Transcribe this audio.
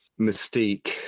mystique